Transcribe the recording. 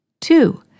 Two